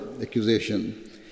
accusation